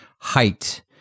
height